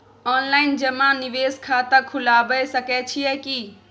Online जमा निवेश खाता खुलाबय सकै छियै की?